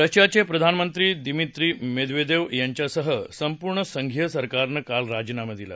रशियाचे प्रधानमंत्री Dmitry Medvedev यांच्यासह संपूर्ण संघीय सरकारन काल राजीनामा दिला